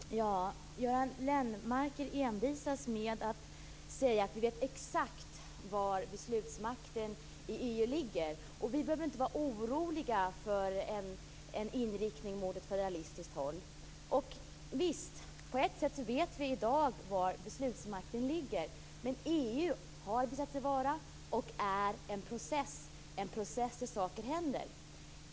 Fru talman! Göran Lennmarker envisas med att säga att vi vet exakt var beslutsmakten i EU ligger. Vi behöver inte vara oroliga för en inriktning mot ett federalistiskt håll. Och visst: På ett sätt vet vi i dag var beslutsmakten ligger, men EU har visat sig vara och är en process där saker händer.